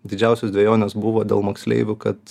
didžiausios dvejonės buvo dėl moksleivių kad